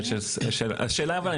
השאלה אבל,